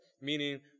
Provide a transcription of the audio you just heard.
meaning